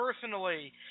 personally